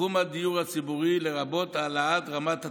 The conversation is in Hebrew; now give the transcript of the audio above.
לתחום הדיור הציבורי, לרבות העלאת רמת התחזוקה.